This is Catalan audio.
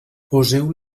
poseu